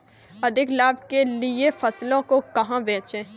अधिक लाभ के लिए फसलों को कहाँ बेचें?